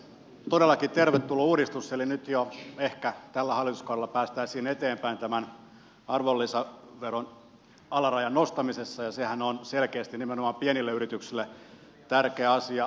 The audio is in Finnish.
todellakin tervetullut uudistus eli ehkä jo nyt tällä hallituskaudella päästäisiin eteenpäin tämän arvonlisäveron alarajan nostamisessa ja sehän on selkeästi nimenomaan pienille yrityksille tärkeä asia